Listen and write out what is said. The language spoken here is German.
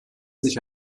sich